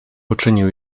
uczynił